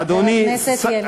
אדוני שר, חבר הכנסת ילין.